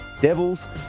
Devils